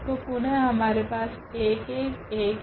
तो पुनः हमारे पास 111T है